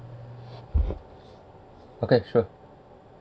okay sure